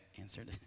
answered